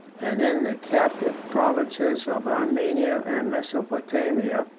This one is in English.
and, in the captive provinces of armenia and mesopotamia,